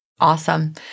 Awesome